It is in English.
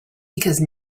because